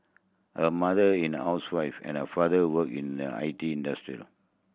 her mother in a housewife and her father work in the I T industrial